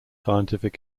scientific